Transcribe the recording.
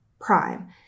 prime